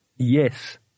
Yes